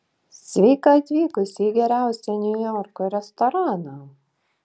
sveika atvykusi į geriausią niujorko restoraną